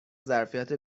ظرفیت